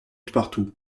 partout